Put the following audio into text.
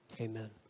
amen